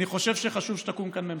אני חושב שחשוב שתקום כאן ממשלה.